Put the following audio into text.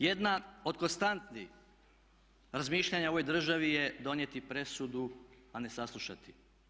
Jedna od konstanti razmišljanja u ovoj državi je donijeti presudu a ne saslušati.